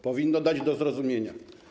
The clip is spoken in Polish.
Powinno to dać do zrozumienia.